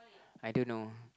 I don't know